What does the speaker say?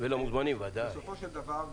בסופו של דבר,